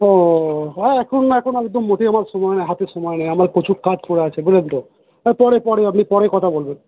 ও এখন এখন আমি তো মোটেই আমার সময় হাতে সময় নেই আমার প্রচুর কাজ পরে আছে বুঝলেন তো পরে পরে আপনি পরে কথা বলবেন